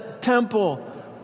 temple